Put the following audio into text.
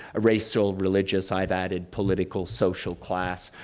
ah racial, religious, i've added political, social class,